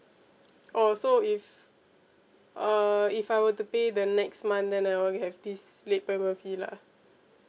oh so if uh if I were to pay the next month then I won't have this late payment fee lah